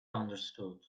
understood